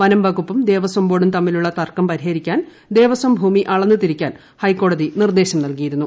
വനം വകുപ്പും ദേവസ്വം ബോർഡും തമ്മിലുള്ള തർക്കം പരിഹരിക്കാൻ ദേവസ്വം ഭൂമി അളന്ന് തിരിക്കാൻ ഹൈക്കോടതി നിർദ്ദേശം നൽകിയിരുന്നു